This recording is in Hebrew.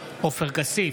עופר כסיף,